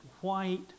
white